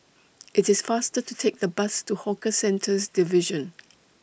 IT IS faster to Take The Bus to Hawker Centres Division